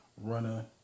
Runner